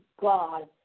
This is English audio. God